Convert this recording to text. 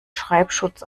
schreibschutz